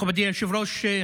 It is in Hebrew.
מכובדי היושב-ראש.